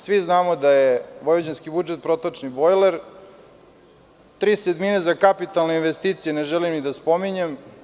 Svi znamo da je vojvođanski budžet protočni bojler, tri sedmine za kapitalne investicije ne želim ni da spominjem.